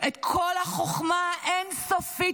את כל החוכמה האין-סופית,